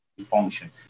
function